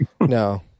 No